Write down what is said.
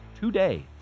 today